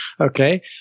Okay